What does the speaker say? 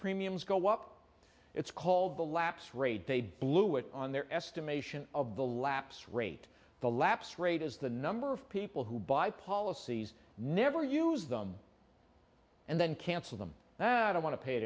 premiums go up it's called the lapse rate they blew it on their estimation of the lapse rate the lapse rate as the number of people who buy policies never use them and then cancel them that i don't want to pay